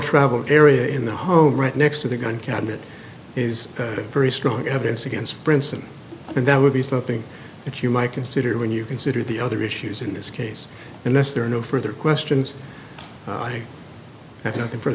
traveled area in the home right next to the gun cabinet is very strong evidence against princeton and that would be something that you might consider when you consider the other issues in this case unless there are no further questions i have nothing f